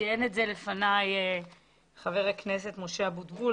ציין את זה לפניי חבר הכנסת משה אבוטבול,